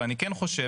ואני כן חושב